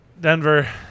Denver